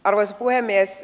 arvoisa puhemies